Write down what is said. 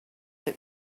that